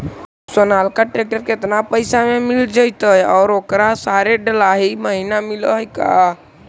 Sonalika tractor केतना पैसा में मिल जइतै और ओकरा सारे डलाहि महिना मिलअ है का?